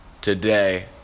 today